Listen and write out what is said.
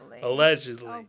allegedly